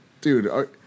dude